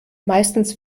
meistens